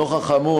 נוכח האמור,